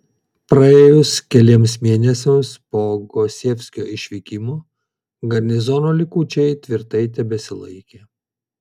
praėjus keliems mėnesiams po gosievskio išvykimo garnizono likučiai tvirtai tebesilaikė